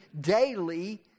daily